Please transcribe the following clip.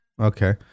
okay